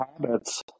habits